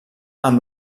amb